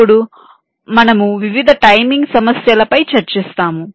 అప్పుడు మనము వివిధ టైమింగ్ సమస్యలపై చర్చిస్తాము